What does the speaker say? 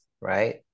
right